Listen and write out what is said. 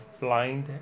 blind